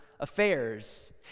affairs